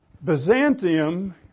Byzantium